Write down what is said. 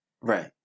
Right